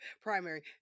primary